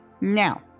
Now